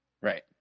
Right